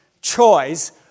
choice